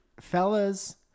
fellas